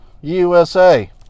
USA